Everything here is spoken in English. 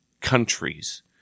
countries